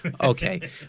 Okay